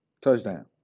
Touchdown